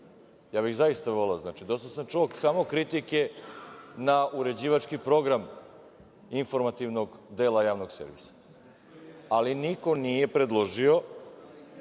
Ja bih zaista voleo zato što sam čuo samo kritike na uređivački program informativnog dela javnog servisa. Ali, niko nije predložio